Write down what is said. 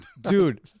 Dude